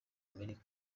amerika